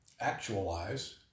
actualize